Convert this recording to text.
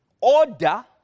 order